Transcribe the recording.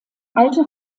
alter